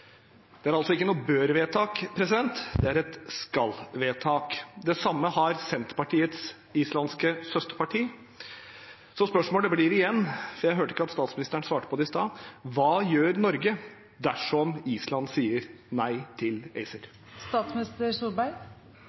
Det er ikke et «bør»-vedtak – det er et «skal»-vedtak. Det samme har Senterpartiets islandske søsterparti sagt. Så spørsmålet blir igjen, for jeg hørte ikke at statsministeren svarte på det i sted: Hva gjør Norge dersom Island sier nei til